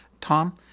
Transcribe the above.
Tom